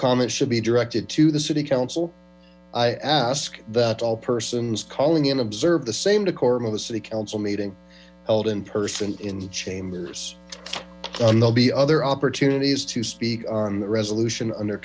comments should be directed to the city council i ask that all persons calling in observe the same decorum of a city council meeting held in person in chambers there'll be other opportunities to speak on the resolution under